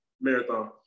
marathon